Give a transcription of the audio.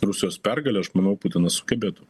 rusijos pergalę aš manau putinas sugebėtų